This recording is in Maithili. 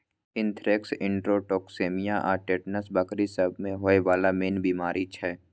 एन्थ्रेक्स, इंटरोटोक्सेमिया आ टिटेनस बकरी सब मे होइ बला मेन बेमारी छै